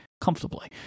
comfortably